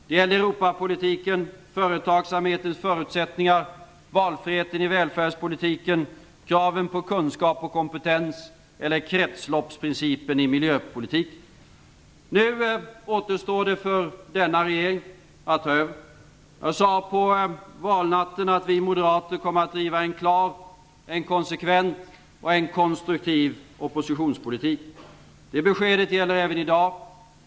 Det gällde Europapolitiken, företagsamhetens förutsättningar, valfriheten i välfärdspolitiken, kraven på kunskap och kompetens eller kretsloppsprincipen i miljöpolitiken. Nu återstår det för denna regering att ta över. Jag sade på valnatten att vi moderater kommer att driva en klar, en konsekvent och en konstruktiv oppositionspolitik. Det beskedet gäller även i dag.